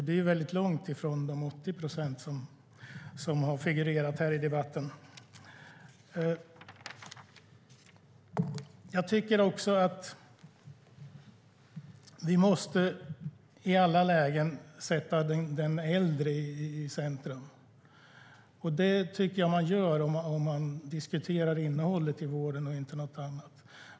Det är väldigt långt ifrån de 80 procent som har figurerat i debatten. Jag tycker att vi i alla lägen måste sätta den äldre i centrum. Det tycker jag också att man gör om man diskuterar innehållet i vården och inget annat.